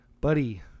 Buddy